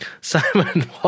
simon